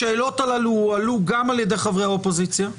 השאלות הללו הועלו גם על ידי חברי האופוזיציה,